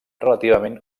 relativament